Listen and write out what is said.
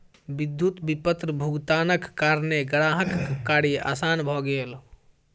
विद्युत विपत्र भुगतानक कारणेँ ग्राहकक कार्य आसान भ गेल